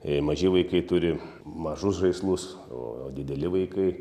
jei maži vaikai turi mažus žaislus o dideli vaikai